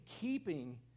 keeping